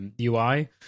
UI